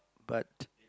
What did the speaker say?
but